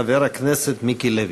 חבר הכנסת מיקי לוי.